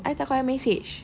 ayah tak call ayah message